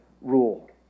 rule